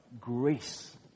grace